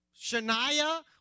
Shania